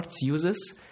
uses